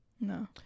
No